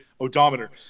odometer